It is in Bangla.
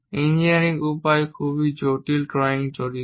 ইঞ্জিনিয়ারিং উপায় খুব জটিল ড্রয়িং জড়িত